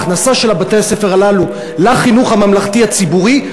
ההכנסה של בתי-הספר הללו לחינוך הממלכתי הציבורי,